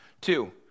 Two